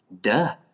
duh